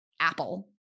Apple